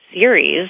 series